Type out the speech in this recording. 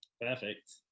perfect